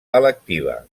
electiva